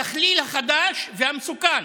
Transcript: הדחליל החדש והמסוכן.